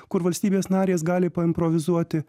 kur valstybės narės gali paimprovizuoti